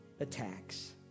Attacks